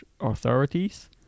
authorities